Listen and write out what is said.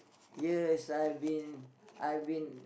years I've been I've been